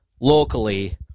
locally